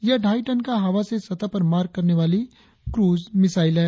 यह ढाई टन का हवा से सतह पर मार करने वाली क्रूज मिसाइल है